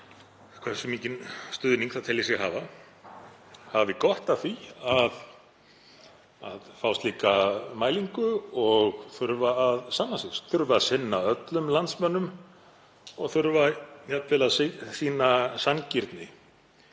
hversu mikinn stuðning það telji sig hafa, hafi gott af því að fá slíka mælingu og þurfa að sanna sig, þurfa að sinna öllum landsmönnum og þurfa jafnvel að sýna sanngirni